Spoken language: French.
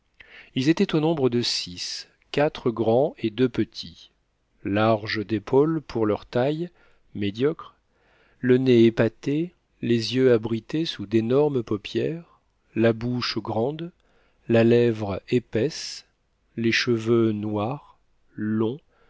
ils étaient au nombre de six quatre grands et deux petits larges d'épaules pour leur taille médiocre le nez épaté les yeux abrités sous d'énormes paupières la bouche grande la lèvre épaisse les cheveux noirs longs